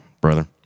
brother